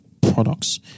products